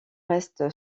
reste